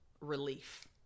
relief